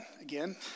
again